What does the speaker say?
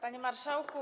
Panie Marszałku!